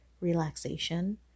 relaxation